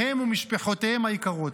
הם ומשפחותיהם היקרות,